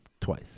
Twice